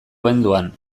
abenduan